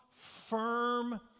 firm